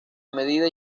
medida